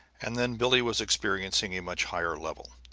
and then billie was experiencing a much higher level,